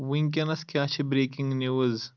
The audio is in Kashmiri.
وینکینس کیا چِھ بریکِنگ نوز ؟